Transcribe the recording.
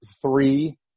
three